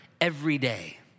everyday